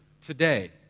today